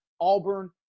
Auburn